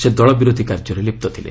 ସେ ଦଳ ବିରୋଧୀ କାର୍ଯ୍ୟରେ ଲିପ୍ତ ଥିଲେ